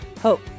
hope